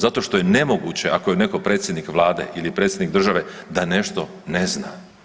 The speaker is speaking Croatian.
Zato što je nemoguće ako je netko predsjednik Vlade ili predsjednik države da nešto ne zna.